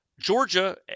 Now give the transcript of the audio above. Georgia